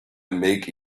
make